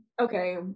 okay